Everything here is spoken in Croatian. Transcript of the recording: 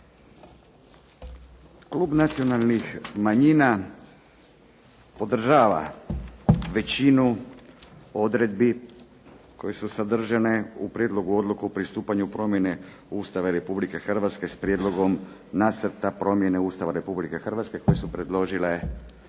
Klub nacionalnih manjina podržava većinu odredbi koje su sadržane u Prijedlogu Odluke o pristupanju promjene Ustava Republike Hrvatske s Prijedlogom Nacrta promjene Ustava Republike Hrvatske koje su predložile